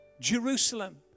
Jerusalem